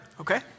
okay